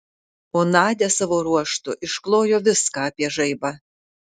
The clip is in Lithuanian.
o nadia savo ruožtu išklojo viską apie žaibą